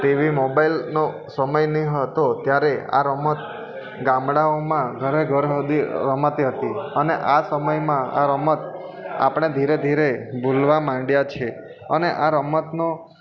TV મોબાઈલનો સમય નહીં હતો ત્યારે આ રમત ગામડાઓમાં ઘરે ઘર સુધી રમાતી હતી અને આ સમયમાં આ રમત આપણે ધીરે ધીરે ભૂલવા માંડ્યા છીએ અને આ રમતનો